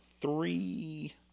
Three